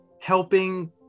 helping